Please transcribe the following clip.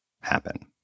happen